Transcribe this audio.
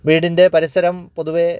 വീടിൻ്റെ പരിസരം പൊതുവേ